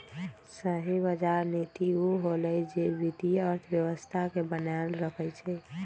सही बजार नीति उ होअलई जे वित्तीय अर्थव्यवस्था के बनाएल रखई छई